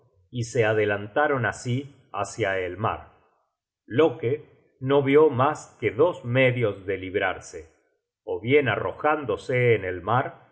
y se adelantaron así hácia el mar loke no vió mas que dos medios de librarse ó bien arrojándose en el mar